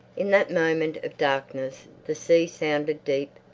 in that moment of darkness the sea sounded deep,